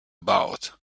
about